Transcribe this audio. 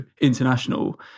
international